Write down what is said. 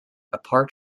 apart